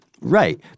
Right